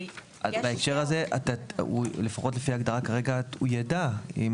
אז בהקשר הזה, לפחות לפי ההגדרה כרגע הוא יידע.